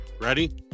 Ready